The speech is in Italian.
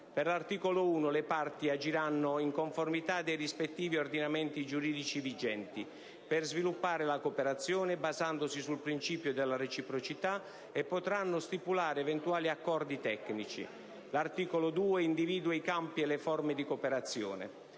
Per l'articolo 1, le Parti agiranno in conformità dei rispettivi ordinamenti giuridici vigenti, per sviluppare la cooperazione, basandosi sul principio della reciprocità, e potranno stipulare eventuali accordi tecnici. L'articolo 2 individua i campi e le forme di cooperazione.